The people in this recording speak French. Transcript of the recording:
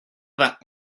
vingt